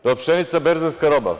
Jel pšenica berzanska roba?